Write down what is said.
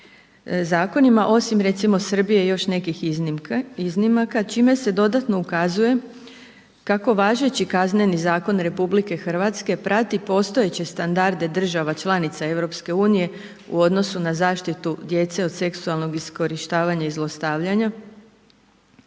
zakonima osim recimo Srbije i još nekih iznimaka, čime se dodatno ukazuje kako važeći Kazneni zakon RH prati postojeće standarde država članica EU u odnosu na zaštitu djece od seksualnog iskorištavanja i zlostavljanja.